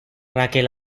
raquel